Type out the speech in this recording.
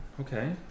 Okay